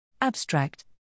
Abstract